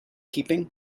keeping